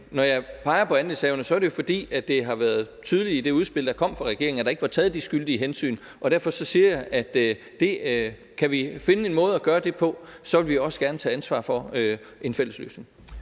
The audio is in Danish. når jeg peger på andelshaverne, er det jo, fordi det har været tydeligt i det udspil, der kom fra regeringen, at der ikke var taget de skyldige hensyn, og derfor siger jeg, at kan vi finde en måde at gøre det på, vil vi også gerne tage ansvar for en fælles løsning.